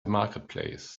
marketplace